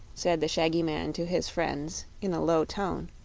said the shaggy man to his friends, in a low tone,